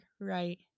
right